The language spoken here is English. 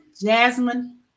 Jasmine